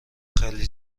خیلی